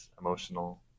emotional